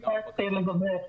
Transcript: רגע, מישהו בזום מנסה לדבר.